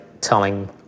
telling